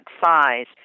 size